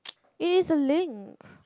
it is a link